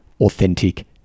authentic